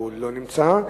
הוא לא נמצא,